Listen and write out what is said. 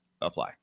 apply